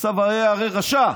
עשו היה הרי רשע.